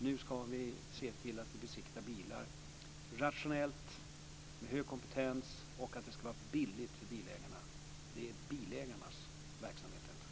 Nu ska vi se till att vi besiktigar bilar rationellt och med hög kompetens och att det ska vara billigt för bilägarna. Det är bilägarnas verksamhet.